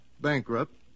Bankrupt